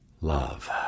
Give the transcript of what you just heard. love